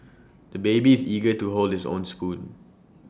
the baby is eager to hold his own spoon